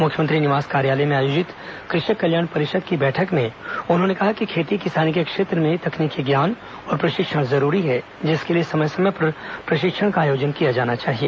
मुख्यमंत्री निवास कार्यालय में आयोजित कृषक कल्याण परिषद की बैठक में उन्होंने कहा कि खेती किसानी के क्षेत्र में तकनीकी ज्ञान और प्रशिक्षण जरूरी है जिसके लिए समय समय पर प्रशिक्षण का आयोजन किया जाना चाहिए